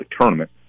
tournament